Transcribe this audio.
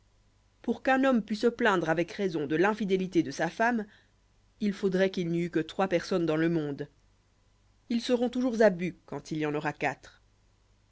pour qu'un homme pût se plaindre avec raison de l'infidélité de sa femme il faudroit qu'il n'y eût que trois personnes dans le monde ils seront toujours à but quand il y en aura quatre